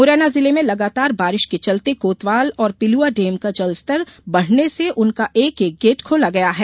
मुरैना जिले में लगातार बारिश के चलते कोतवाल और पिलुआ डेम का जल स्तर बढ़ने से उनका एक एक गेट खोला गया है